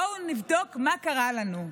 בואו נבדוק מה קרה לנו.